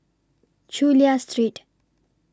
Chulia Street